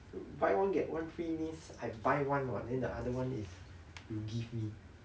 buy one get one free means I buy one [what] then the other [one] is you give me